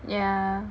yeah